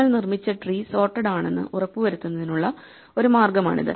നിങ്ങൾ നിർമ്മിച്ച tree sorted ആണെന്നു ഉറപ്പുവരുത്തുന്നതിനുള്ള ഒരു മാർഗ്ഗമാണിത്